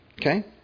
Okay